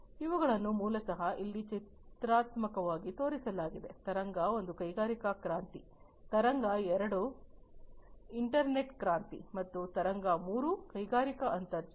ಇವುಗಳನ್ನು ಮೂಲತಃ ಇಲ್ಲಿ ಚಿತ್ರಾತ್ಮಕವಾಗಿ ತೋರಿಸಲಾಗಿದೆ ತರಂಗ ಒಂದು ಕೈಗಾರಿಕಾ ಕ್ರಾಂತಿ ತರಂಗ ಎರಡು ಇಂಟರ್ನೆಟ್ ಕ್ರಾಂತಿ ಮತ್ತು ತರಂಗ ಮೂರು ಕೈಗಾರಿಕಾ ಅಂತರ್ಜಾಲ